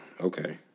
Okay